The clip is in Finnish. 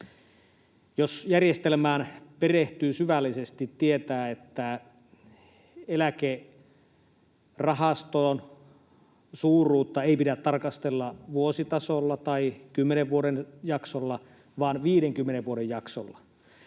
Jos järjestelmään perehtyy syvällisesti, tietää, että eläkerahaston suuruutta ei pidä tarkastella vuositasolla tai 10 vuoden jaksolla vaan 50 vuoden jaksolla.